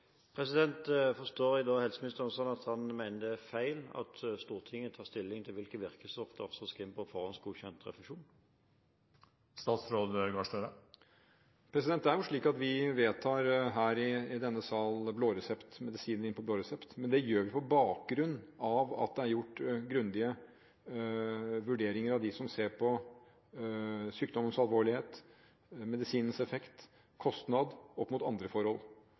Forstår jeg da helseministeren sånn at han mener det er feil at Stortinget tar stilling til hvilke virkestoffer som skal inn på forhåndsgodkjent refusjon? Det er jo slik at vi her i denne sal vedtar medisiner inn på blå resept, men det gjør vi på bakgrunn av at det er gjort grundige vurderinger av dem som ser på sykdommens alvorlighet, medisinens effekt og kostnad opp mot andre forhold.